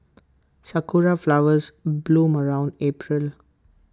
Sakura Flowers bloom around April